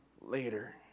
later